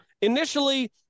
initially